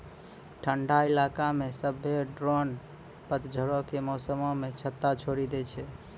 ठंडा इलाका मे सभ्भे ड्रोन पतझड़ो के मौसमो मे छत्ता छोड़ि दै छै